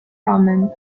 common